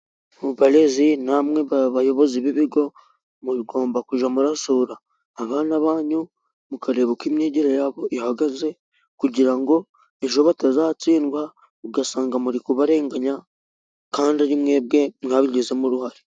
Barezi namwe mu bayobozi b'ibigo mugomba kujya murasura abana banyu ,mukareba uko imyigire yabo ihagaze, kugira ngo ejo batazatsindwa ugasanga muri kubarenganya, kandi ari mwebwe mwabigizemo uruhare.